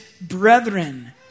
brethren